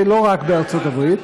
ולא רק בארצות הברית,